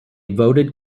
voted